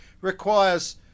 requires